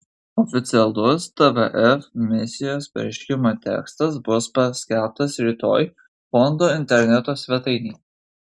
oficialus tvf misijos pareiškimo tekstas bus paskelbtas rytoj fondo interneto svetainėje